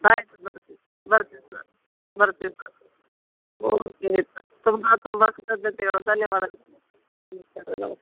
ಆಯಿತು ಬರ್ತೀವಿ ಬರ್ತೀವಿ ಸರ್ ಬರ್ತೀವಿ ಸರ್ ಓಕೆ ತುಂಬ ತುಂಬ ಕೃತಜ್ಞತೆಗಳು ಧನ್ಯವಾದಗಳು ನಮಸ್ಕಾರ ರಿ ನಮಸ್ತೆ